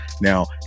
Now